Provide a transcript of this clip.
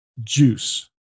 juice